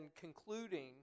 concluding